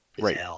Right